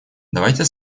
давайте